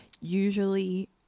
usually